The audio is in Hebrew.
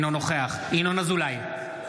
אינו נוכח ינון אזולאי,